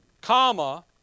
comma